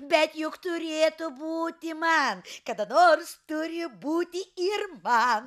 bet juk turėtų būti man kada nors turi būti ir man betgi varną